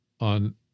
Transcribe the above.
on